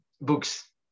books